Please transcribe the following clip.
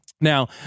Now